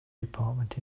department